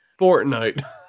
Fortnite